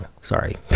Sorry